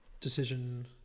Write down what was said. decision